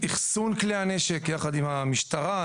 אחסון כלי הנשק יחד עם המשטרה,